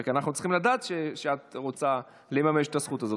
רק אנחנו צריכים לדעת שאת רוצה לממש את הזכות הזאת.